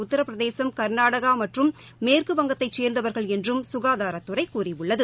உத்தரப்பிரதேசம் கா்நாடகா மற்றும் மேற்குவங்கத்தை சேர்ந்தவர்கள் என்றும் சுகாதாரத்துறை கூறியுள்ளது